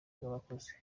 bw’abakozi